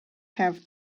have